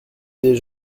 des